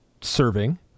serving